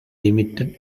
limited